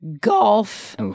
golf